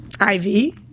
Ivy